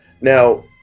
now